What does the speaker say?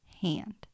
hand